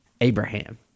Abraham